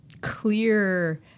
clear